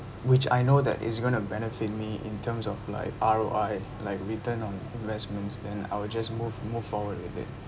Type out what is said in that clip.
which I know that is going to benefit me in terms of like R_O_I like return on investments then I will just move move forward with it